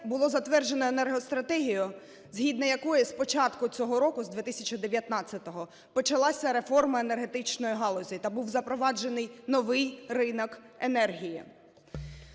було затверджено енергостратегію, згідно якої з початку цього року, з 2019-го, почалася реформа енергетичної галузі та був запроваджений новий ринок енергії.